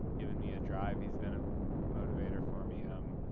giving me a drive. he's been a motivator for me. um